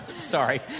Sorry